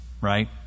right